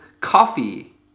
coffee